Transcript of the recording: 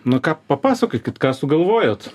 nu ką papasakokit ką sugalvojot